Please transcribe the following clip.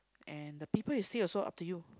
and the people you stay also up to you